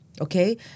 Okay